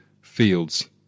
fields